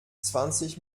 zwanzig